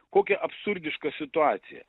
kokia absurdiška situacija